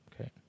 Okay